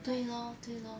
对 lor 对 lor